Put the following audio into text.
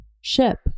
ship